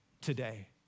today